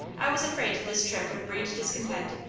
i was afraid this trip would breed discontent.